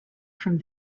from